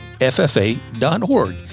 FFA.org